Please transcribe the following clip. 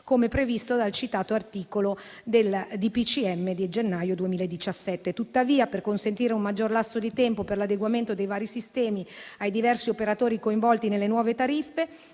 come previsto dal citato articolo del DPCM di gennaio 2017. Tuttavia, per consentire un maggior lasso di tempo per l'adeguamento dei vari sistemi ai diversi operatori coinvolti nelle nuove tariffe,